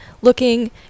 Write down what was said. looking